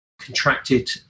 contracted